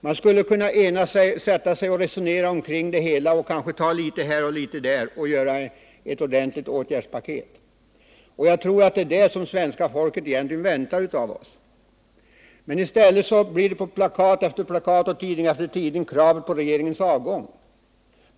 Man skulle kunna sätta sig och resonera kring det hela, kanske ta litet här och litet där och göra ett ordentligt åtgärdspaket. Jag tror att det är det som svenska folket egentligen väntar av oss. I stället reser man från oppositionen på plakat efter plakat, i tidning efter tidning kravet på regeringens avgång.